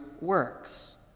works